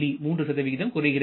3 குறைகிறது